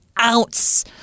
ounce